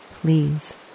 please